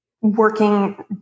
working